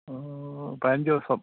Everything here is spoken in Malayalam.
പതിനഞ്ച് ദിവസം